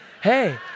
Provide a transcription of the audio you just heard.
Hey